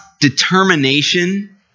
determination